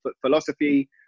philosophy